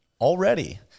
already